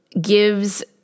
gives